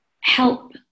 help